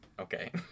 Okay